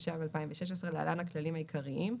התשע"ו-2016 (להלן הכללים העיקריים),